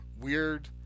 weird